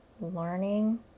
learning